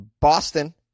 Boston